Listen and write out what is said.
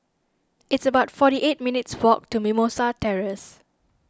it's about forty eight minutes' walk to Mimosa Terrace